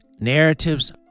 narratives